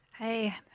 Hey